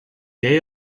day